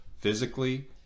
physically